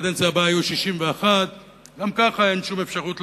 ובקדנציה הבאה יהיו 61. גם ככה אין שום אפשרות לחוקק,